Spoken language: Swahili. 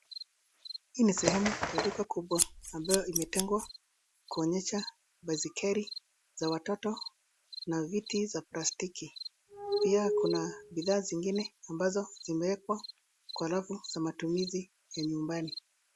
Hii ni sehemu ya duka kubwa ambayo imetengwa kuonyesha baiskeli za watoto na viti za plastiki. Pia kuna bidhaa zingine ambazo zimeekwa kwa rafu za matumizi ya nyumbani.